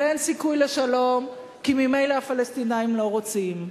ואין סיכוי לשלום כי ממילא הפלסטינים לא רוצים,